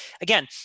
again